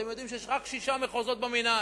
אתם יודעים שיש רק שישה מחוזות במינהל,